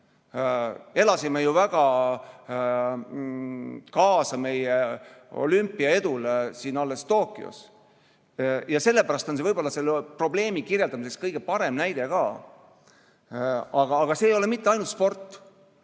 Elasime ju alles väga kaasa meie olümpiaedule Tokyos. Sellepärast on see võib-olla selle probleemi kirjeldamiseks kõige parem näide. Aga see ei ole mitte ainult sport.